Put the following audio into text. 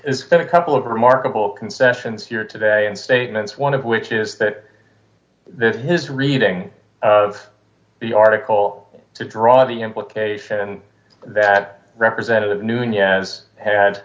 that a couple of remarkable concessions here today and statements one of which is that his reading of the article to draw the implication that representative noone as had